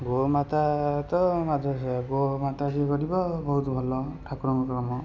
ଗୋମାତା ତ ମାତୃ ସେବା ଗୋମାତା ଯିଏ କରିବ ବହୁତ ଭଲ ଠାକୁରଙ୍କ କାମ